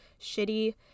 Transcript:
shitty